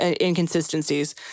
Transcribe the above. inconsistencies